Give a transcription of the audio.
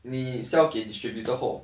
你 sell 给 distributor 后